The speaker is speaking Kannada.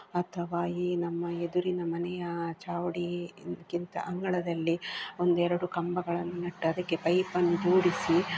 ಅಥವಾ ಈ ನಮ್ಮ ಎದುರಿನ ಮನೆಯ ಚಾವಡಿ ಇದ್ಕಿಂತ ಅಂಗಳದಲ್ಲಿ ಒಂದೆರಡು ಕಂಬಗಳನ್ನು ನೆಟ್ಟು ಅದಕ್ಕೆ ಪೈಪನ್ನು ಹೂಡಿಸಿ